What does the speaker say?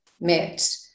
met